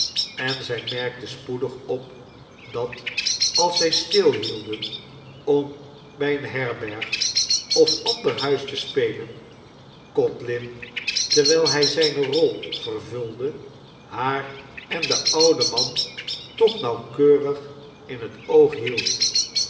en zij merkte spoedig op dat als zij stilhielden om bij eene herberg of ander huis te spelen codlin terwijl hij zijne rol vervulde haar en den ouden man toch nauwkeurig in het oog hield